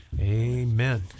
Amen